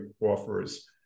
offers